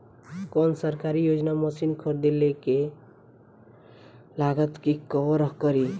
कौन सरकारी योजना मशीन खरीदले के लागत के कवर करीं?